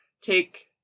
take